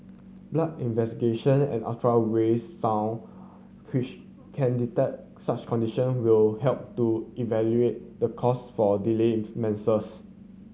blood investigation and ultra ray sound which can detect such condition will help to evaluate the cause for delay menses